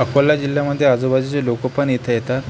अकोला जिल्ह्यामध्ये आजूबाजूचे लोक पण इथे येतात